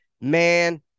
man